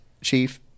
Chief